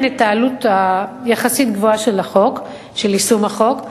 את העלות הגבוהה יחסית של יישום החוק,